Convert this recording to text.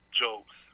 jokes